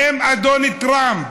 ואם אדון טראמפ